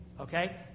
okay